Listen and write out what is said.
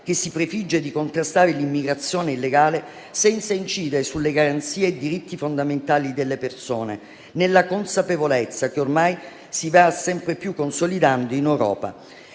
che si prefigge di contrastare l'immigrazione illegale senza incidere sulle garanzie e i diritti fondamentali delle persone, nella consapevolezza che ormai si va sempre più consolidando in Europa